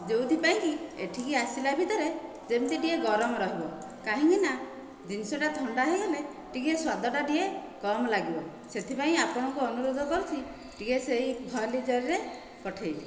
ଯେଉଁଥି ପାଇଁ କି ଏ'ଠିକି ଆସିଲା ଭିତରେ ଯେମିତି ଟିକିଏ ଗରମ ରହିବ କାହିଁକିନା ଜିନିଷଟା ଥଣ୍ଡା ହୋଇଗଲେ ଟିକିଏ ସ୍ୱାଦଟା ଟିକିଏ କମ୍ ଲାଗିବ ସେ'ଥିପାଇଁ ଆପଣଙ୍କୁ ଅନୁରୋଧ କରୁଛି ଟିକିଏ ସେଇ ଫଏଲ ଜରିରେ ପଠାଇବେ